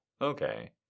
Okay